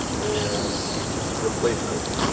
and just replace this.